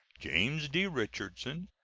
james d. richardson,